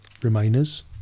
Remainers